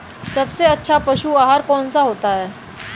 सबसे अच्छा पशु आहार कौन सा होता है?